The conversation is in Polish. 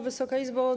Wysoka Izbo!